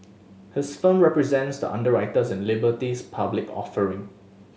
his firm represents the underwriters in Liberty's public offering